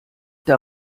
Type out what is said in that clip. der